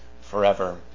forever